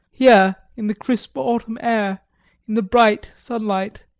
here in the crisp autumn air in the bright sunlight